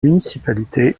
municipalité